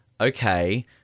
okay